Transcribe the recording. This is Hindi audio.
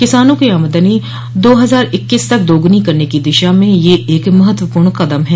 किसानों की आमदनी दो हज़ार इक्कीस तक दोगुनी करने की दिशा में यह एक महत्वपूर्ण कदम है